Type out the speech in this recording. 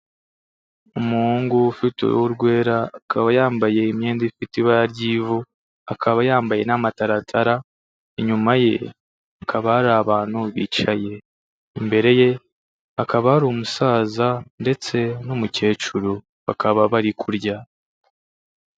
Umuhungu ufite uruhu rwera, akaba yambaye imyenda ifite ibara ry'ivu, akaba yambaye n'amataratara, inyuma ye, hakaba hari abantu bicaye. Imbere ye, hakaba hari umusaza ndetse n'umukecuru. Bakaba bari kurya.